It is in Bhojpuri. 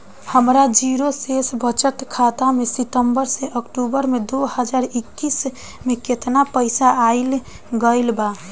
हमार जीरो शेष बचत खाता में सितंबर से अक्तूबर में दो हज़ार इक्कीस में केतना पइसा आइल गइल बा?